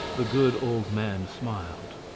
the good old man smiled.